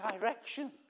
direction